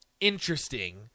interesting